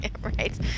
Right